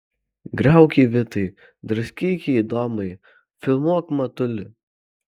griauk jį vitai draskyk jį domai filmuok matuli